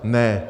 Ne.